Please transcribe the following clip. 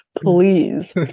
please